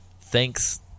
thanks